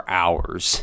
hours